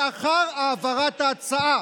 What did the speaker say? לאחר העברת ההצעה.